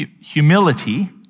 humility